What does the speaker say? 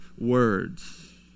words